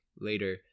later